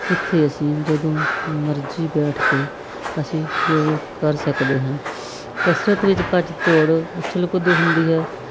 ਜਿੱਥੇ ਅਸੀਂ ਜਦੋਂ ਮਰਜ਼ੀ ਬੈਠ ਕੇ ਅਸੀਂ ਯੋਗ ਕਰ ਸਕਦੇ ਹਾਂ ਕਸਰਤ ਵਿੱਚ ਭੱਜ ਦੌੜ ਉਛਲ ਕੁੱਦ ਹੁੰਦੀ ਹੈ